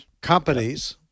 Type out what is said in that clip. companies